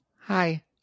Hi